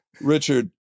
Richard